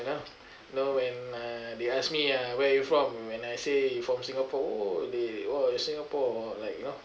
you know know when uh they asked me uh where are you from when I say from singapore oh they oh singapore like you know